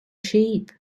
sheep